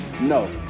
no